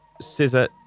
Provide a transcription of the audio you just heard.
scissor